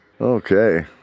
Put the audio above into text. Okay